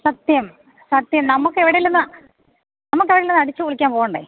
സത്യം സത്യം നമുക്കെവിടെയെങ്കിലുമൊന്ന് നമുക്കെവിടെയെങ്കിലൊന്നടിച്ചു പൊളിയ്ക്കാൻ പോകണ്ടേ